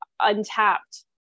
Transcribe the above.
untapped